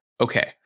okay